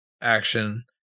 action